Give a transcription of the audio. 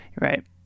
right